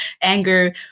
anger